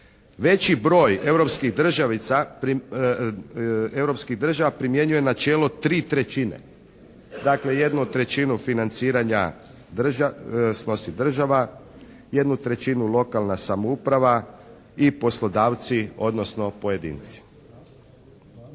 Veći broj europskih država primjenjuje načelo tri trećine. Dakle jednu trećinu financiranja snosi država, jednu trećinu lokalna samouprava i poslodavci, odnosno pojedinci.